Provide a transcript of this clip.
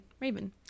Raven